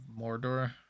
Mordor